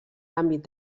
l’àmbit